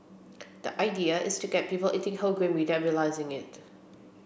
the idea is to get people eating whole grain without realising it